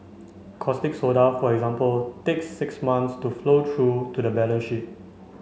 caustic soda for example takes six months to flow through to the balance sheet